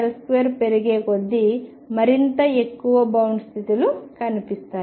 V0L2 పెరిగే కొద్దీ మరింత ఎక్కువ బౌండ్ స్థితులు కనిపిస్తాయి